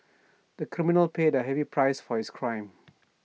the criminal paid A heavy price for his crime